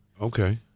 Okay